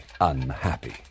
unhappy